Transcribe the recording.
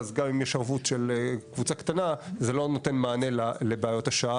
אז גם אם יש ערבות של קבוצה קטנה זה לא נותן מענה לבעיות השעה